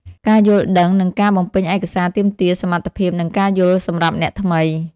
ការយល់ដឹងនិងការបំពេញឯកសារទាមទារសមត្ថភាព និងការយល់សម្រាប់អ្នកថ្មី។